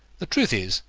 the truth is,